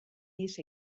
ihes